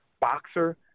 boxer